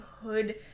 hood